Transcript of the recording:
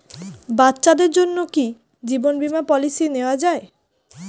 বাচ্চাদের জন্য কি জীবন বীমা পলিসি নেওয়া যায়?